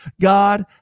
God